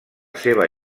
seva